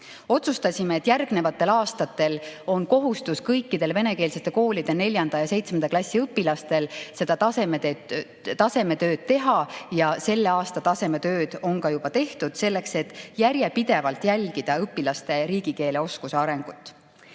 Otsustasime, et järgnevatel aastatel on kohustus kõikidel venekeelsete koolide neljanda ja seitsmenda klassi õpilastel seda tasemetööd teha, ja selle aasta tasemetööd on ka juba tehtud, selleks et järjepidevalt jälgida õpilaste riigikeele oskuse